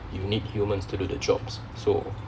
you need humans to do the jobs so